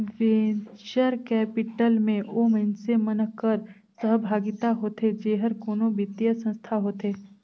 venture capital में ओ मइनसे मन कर सहभागिता होथे जेहर कोनो बित्तीय संस्था होथे